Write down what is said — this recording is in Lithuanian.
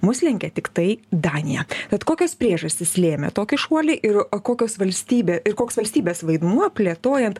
mus lenkia tiktai daniją tad kokios priežastys lėmė tokį šuolį ir kokios valstybė ir koks valstybės vaidmuo plėtojant